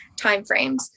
timeframes